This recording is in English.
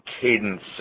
cadence